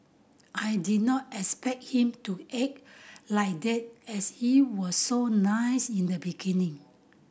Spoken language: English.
I did not expect him to act like that as he was so nice in the beginning